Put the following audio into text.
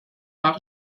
leur